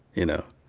you know.